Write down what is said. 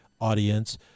audience